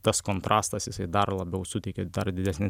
tas kontrastas jisai dar labiau suteikė dar didesnį